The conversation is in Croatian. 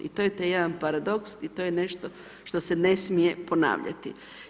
I to je taj jedan paradoks i to je nešto što se ne smije ponavljati.